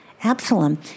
Absalom